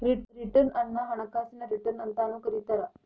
return ಅನ್ನ ಹಣಕಾಸಿನ return ಅಂತಾನೂ ಕರಿತಾರ